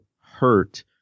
hurt